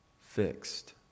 fixed